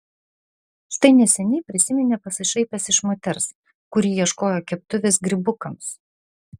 štai neseniai prisiminė pasišaipęs iš moters kuri ieškojo keptuvės grybukams